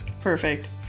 Perfect